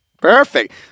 Perfect